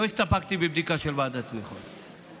לא הסתפקתי בבדיקה של ועדת תמיכות,